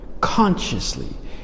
consciously